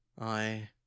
I—